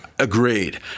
Agreed